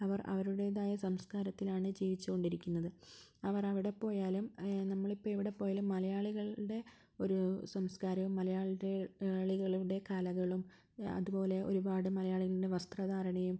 അവർ അവരുടേതായ സംസ്കാരത്തിനാണ് ജീവിച്ചു കൊണ്ടിരിക്കുന്നത് അവർ അവിടെ പോയാലും നമ്മളിപ്പോൾ എവിടെ പോയാലും മലയാളികളുടെ ഒരു സംസ്കാരവും മലയാലാലി മലയാളികളുടെ കലകളും അതുപോലെ ഒരുപാട് മലയാളികളുടെ വസ്ത്രധാരണയും